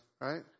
right